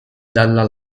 dalla